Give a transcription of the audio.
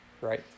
right